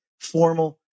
formal